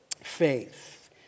faith